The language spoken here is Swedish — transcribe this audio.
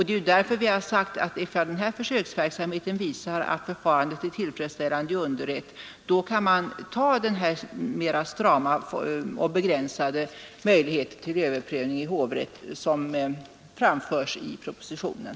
Det är ju därför vi har sagt att ifall den här försöksverksamheten visar att förfarandet är tillfredsställande i underrätt, kan man ta den mera strama och begränsade möjlighet till överprövning i hovrätt som föreslås i propositionen.